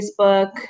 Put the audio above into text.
Facebook